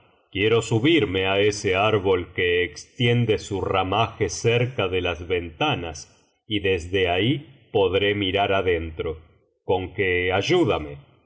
quiero subirme a ese árbol que extiende su ramaje cerca dé las ventanas y desde ahí podré mirar adentro conque ayúdame